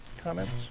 Comments